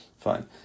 Fine